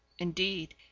indeed